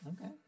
Okay